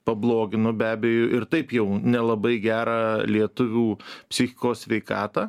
pablogino be abejo ir taip jau nelabai gerą lietuvių psichikos sveikatą